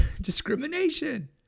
discrimination